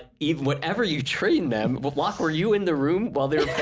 even whenever you train them well offer you in the room while they're